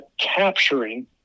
capturing